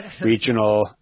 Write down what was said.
regional